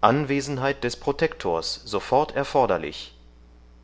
anwesenheit des protektors sofort erforderlich